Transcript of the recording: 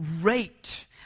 rate